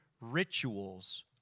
rituals